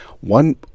one